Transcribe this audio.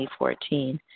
2014